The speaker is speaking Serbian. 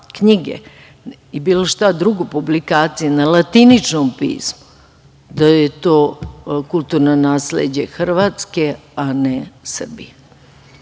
i bilo šta drugo, publikacije na latiničnom pismu budu, da je to kulturno nasleđe Hrvatske a ne Srbije. Kada